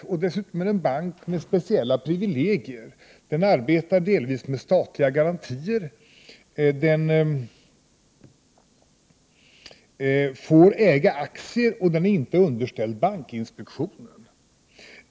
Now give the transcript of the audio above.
Dessutom är det en bank med speciella privilegier. Den arbetar delvis med statliga garantier, den får äga aktier, och den är inte underställd bankinspektionen.